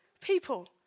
people